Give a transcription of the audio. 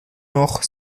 noch